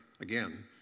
again